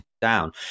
down